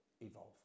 evolve